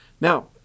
Now